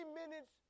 minutes